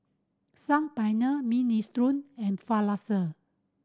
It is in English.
Saag Paneer Minestrone and Falafel